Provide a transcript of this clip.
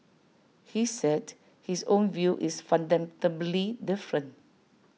he said his own view is fundamentally different